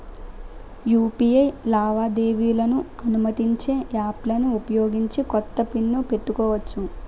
UPI లావాదేవీలను అనుమతించే యాప్లలను ఉపయోగించి కొత్త పిన్ ను పెట్టుకోవచ్చు